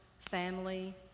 family